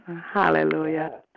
Hallelujah